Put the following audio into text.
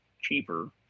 cheaper